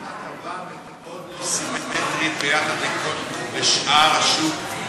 אתם לא נותנים הטבה מאוד לא סימטרית ביחס לשאר השוק,